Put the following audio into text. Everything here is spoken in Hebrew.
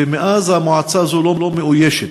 ומאז המועצה הזאת לא מאוישת.